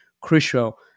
crucial